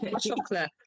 chocolate